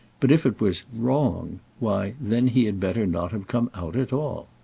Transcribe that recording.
but if it was wrong why then he had better not have come out at all.